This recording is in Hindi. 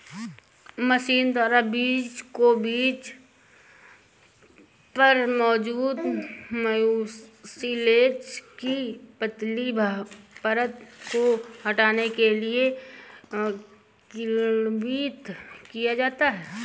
मशीन द्वारा बीज को बीज पर मौजूद म्यूसिलेज की पतली परत को हटाने के लिए किण्वित किया जाता है